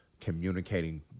communicating